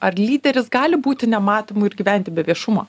ar lyderis gali būti nematomu ir gyventi be viešumo